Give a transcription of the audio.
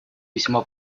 весьма